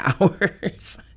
hours